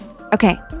Okay